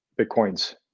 bitcoins